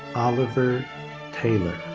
oliver taylor.